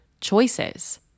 choices